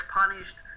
punished